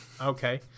okay